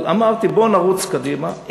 אבל אמרתי: בואו נרוץ קדימה.